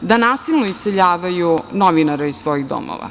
da nasilno iseljavaju novinare iz svojih domova.